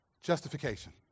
justification